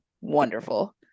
wonderful